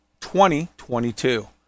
2022